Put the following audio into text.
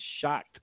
shocked